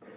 Moi